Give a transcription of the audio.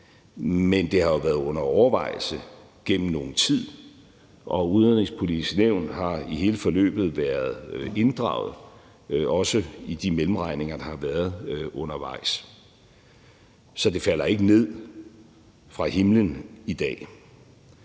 men det har jo været under overvejelse gennem nogen tid, og Det Udenrigspolitiske Nævn har i hele forløbet været inddraget – også i de mellemregninger, der har været undervejs; så det falder ikke ned fra himlen i dag.